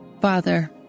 Father